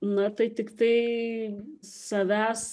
na tai tiktai savęs